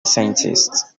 scientists